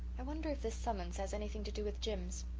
i wonder if this summons has anything to do with jims.